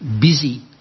busy